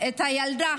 את הילדה